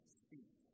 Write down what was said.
speak